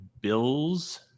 Bills